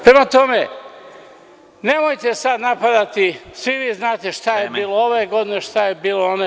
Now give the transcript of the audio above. Prema tome, nemojte sada napadati, svi vi znate šta je bilo ove godine, šta je bilo one.